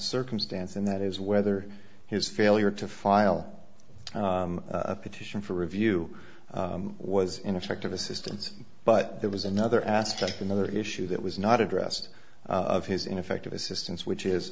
circumstance and that is whether his failure to file a petition for review was ineffective assistance but there was another aspect another issue that was not addressed of his ineffective assistance which is